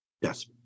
Yes